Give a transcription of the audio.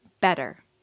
better